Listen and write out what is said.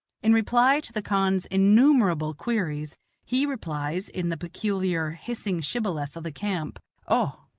in reply to the khan's innumerable queries he replies, in the peculiar, hissing shibboleth of the camp, o,